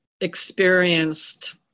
experienced